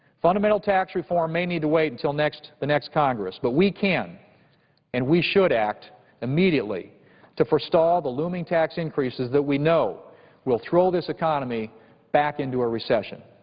fundamental tax reform may need to wait until the next congress, but we can and we should act immediately to forestall the looming tax increases that we know will throw this economy back into a recession.